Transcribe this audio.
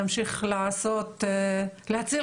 תמשיך להציל